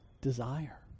desire